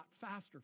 faster